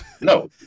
No